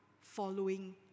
following